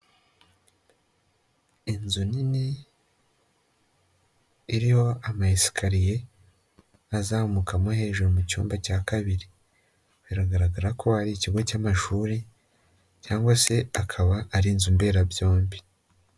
Inzu nini, iriho ama esikariye azamukamo hejuru mu cyumba cya kabiri. Biragaragara ko ari ikigo cy'amashuri, cyangwa se akaba ari inzu mberabyombi.